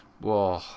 whoa